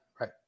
Right